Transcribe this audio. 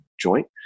joint